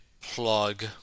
plug